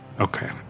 Okay